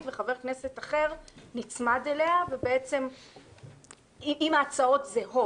וחבר כנסת אחר נצמד אליה אם ההצעות זהות.